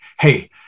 Hey